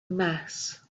mass